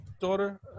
daughter